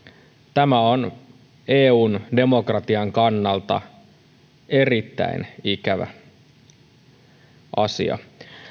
tämä on eun demokratian kannalta erittäin ikävä asia